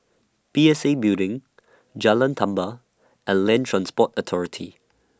P S A Building Jalan Tambur and Land Transport Authority